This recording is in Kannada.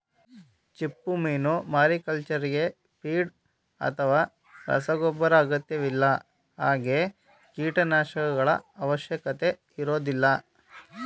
ಚಿಪ್ಪುಮೀನು ಮಾರಿಕಲ್ಚರ್ಗೆ ಫೀಡ್ ಅಥವಾ ರಸಗೊಬ್ಬರ ಅಗತ್ಯವಿಲ್ಲ ಹಾಗೆ ಕೀಟನಾಶಕಗಳ ಅವಶ್ಯಕತೆ ಇರೋದಿಲ್ಲ